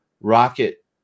Rocket